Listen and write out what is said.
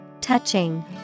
Touching